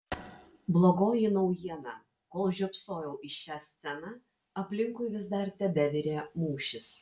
blogoji naujiena kol žiopsojau į šią sceną aplinkui vis dar tebevirė mūšis